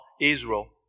Israel